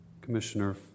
Commissioner